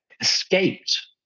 escaped